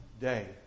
day